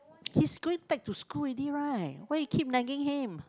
he's going back to school already right why you keep nagging him